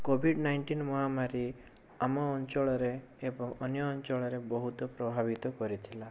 Covid nineteen ମହାମାରୀ ଆମ ଅଞ୍ଚଳରେ ଏବଂ ଅନ୍ୟ ଅଞ୍ଚଳରେ ବହୁତ ପ୍ରଭାବିତ କରିଥିଲା